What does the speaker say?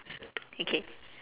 okay